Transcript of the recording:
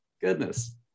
Goodness